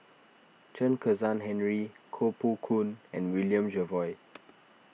Chen Kezhan Henri Koh Poh Koon and William Jervois